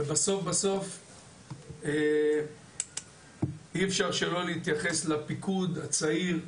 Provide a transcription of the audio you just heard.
ובסוף בסוף אי אפשר שלא להתייחס לפיקוד הצעיר,